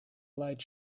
light